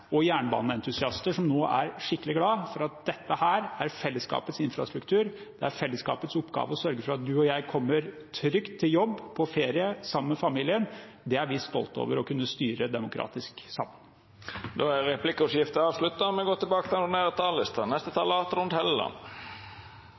og jernbaneentusiaster som nå er skikkelig glad for at dette er fellesskapets infrastruktur. Det er fellesskapets oppgave å sørge for at du og jeg kommer oss trygt på jobb og på ferie sammen med familien. Det er vi stolte over å kunne styre sammen på demokratisk vis. Replikkordskiftet er avslutta. Skal vi